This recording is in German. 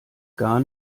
gar